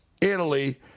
Italy